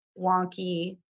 wonky